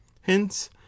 hence